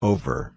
Over